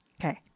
Okay